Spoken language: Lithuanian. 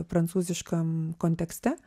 prancūziškam kontekste